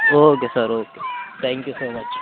okay sir okay thank you so much